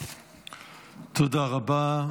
תודה רבה.